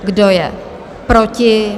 Kdo je proti?